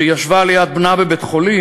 שכשהיא ישבה ליד בנה בבית-החולים,